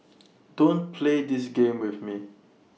don't play this game with me